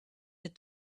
had